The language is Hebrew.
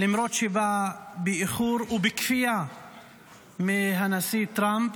למרות שבא באיחור ובכפייה מהנשיא טראמפ.